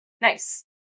Nice